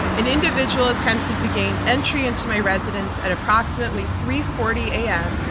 an individual attempted to gain entry into my residence at approximately three forty a. m.